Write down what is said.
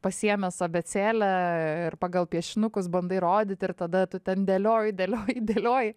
pasiėmęs abėcėlę ir pagal piešinukus bandai rodyt ir tada tu ten dėlioji dėlioji dėlioji